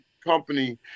company